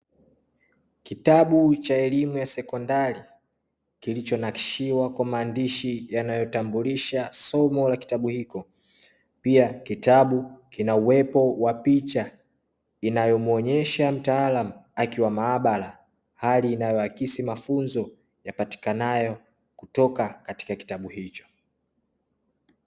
Kitabu cha elimu ya sekondari kilichonakshiwa kwa maandishi yanayotambulisha somo la kitabu hiko, pia kitabu kina uwepo wa picha inayomuonyesha mtaalam akiwa maabara. Hali inayoakisi mafunzo yapatikanayo kutoka katika kitabu hicho.